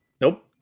nope